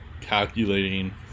calculating